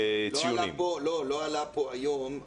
לא עלה פה היום.